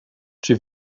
czy